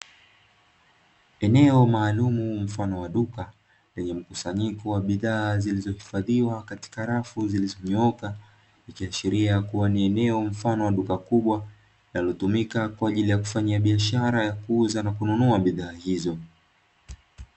Eneo maalumu mfano wa duka lenye mkusanyiko wa bidhaa, zilivyohifadhiwa katika rafu zilizonyooka. Likiashiria kuwa ni eneo mfano wa duka kubwa, linalotumika kwa ajili ya kufanya biashara ya kuuza na kununua bidhaa hiyo.